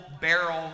barrel